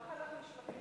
כך אנחנו נשפטים כחברה.